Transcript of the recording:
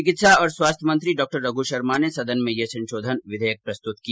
चिकित्सा और स्वास्थ्य मंत्री डॉ रघ् शर्मा ने सदन में यह संशोधन विधेयक प्रस्तुत किया